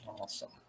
Awesome